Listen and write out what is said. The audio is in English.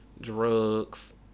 drugs